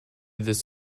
this